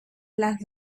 las